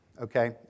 Okay